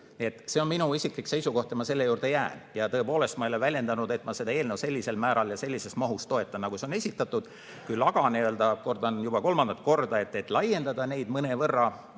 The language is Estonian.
See on minu isiklik seisukoht ja selle juurde ma jään. Tõepoolest, ma ei ole väljendanud, et ma seda eelnõu sellisel määral ja sellises mahus toetan, nagu see on esitatud. Küll aga, kordan juba kolmandat korda, seda, et laiendada mõnevõrra